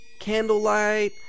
Candlelight